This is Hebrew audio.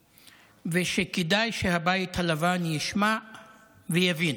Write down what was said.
ושכדאי שהבית הלבן ישמע ויבין.